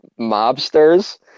mobsters